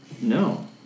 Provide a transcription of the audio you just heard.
No